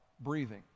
breathing